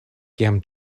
kiam